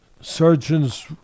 surgeon's